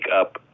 up